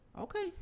Okay